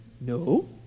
No